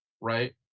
right